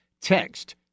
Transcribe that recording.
text